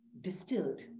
distilled